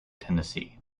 tennessee